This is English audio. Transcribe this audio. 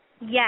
Yes